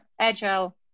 Agile